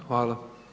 Hvala.